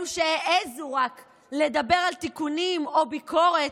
אלו שרק העזו לדבר על תיקונים או ביקורת,